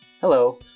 Hello